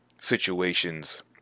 situations